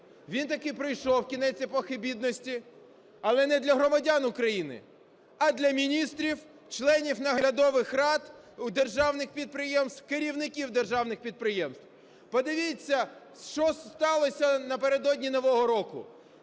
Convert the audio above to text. Він таки прийшов, кінець епохи бідності, але не для громадян України, а для міністрів, членів наглядових рад, державних підприємств, керівників державних підприємств. Подивіться, що сталося напередодні Нового року: